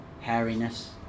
hairiness